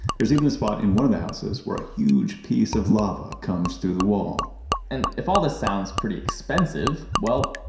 there's even a spot in one of the houses where a huge piece of lava comes through the wall and if all this sounds pretty expensive, well,